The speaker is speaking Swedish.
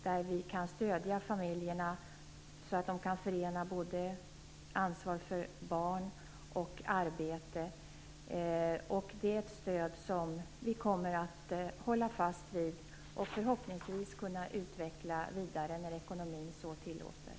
Det gör att vi kan stödja familjerna, så att de kan förena ansvar för både barn och arbete. Det är ett stöd som vi kommer att hålla fast vid och förhoppningsvis skall kunna utveckla vidare när ekonomin så tillåter.